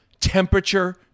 Temperature